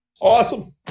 Awesome